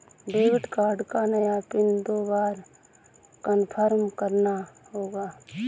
debit card का नया PIN दो बार कन्फर्म करना होगा